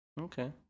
Okay